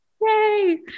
Yay